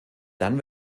dann